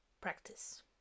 practice